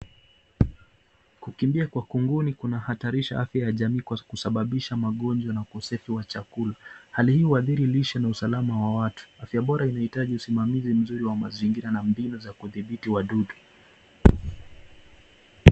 Kukimbia kwa kunguni kunahatarisha afya ya jamii kwa kusababisha magonjwa na ukosefu wa chakula. Hali hii huadhiri lishe na usalama wa watu. Afya bora inahitaji usimamizi mzuri wa mazingira na mbinu za kudhibiti wadudu.